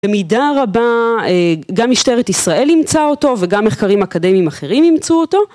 במידה רבה, גם משטרת ישראל אימצה אותו וגם מחקרים אקדמיים אחרים אימצו אותו.